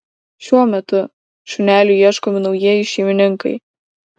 šiuo metu šuneliui ieškomi naujieji šeimininkai